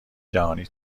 جهانی